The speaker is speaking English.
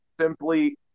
simply